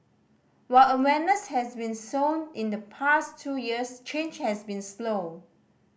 while awareness has been sown in the past two years change has been slow